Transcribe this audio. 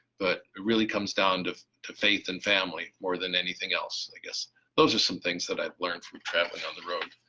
but it really comes down to to faith and family more than anything else. i guess those are some things that i've learned through traveling on the road.